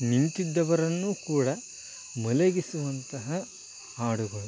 ನಿಂತಿದ್ದವರನ್ನು ಕೂಡ ಮಲಗಿಸುವಂತಹ ಹಾಡುಗಳು